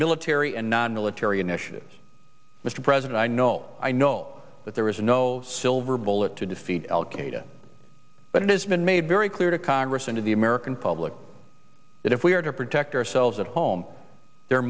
military and nonmilitary initiatives mr president i know i know that there is no silver bullet to defeat al qaeda but it has been made very clear to congress and to the american public that if we are to protect ourselves at home there